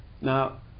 Now